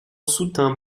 soutint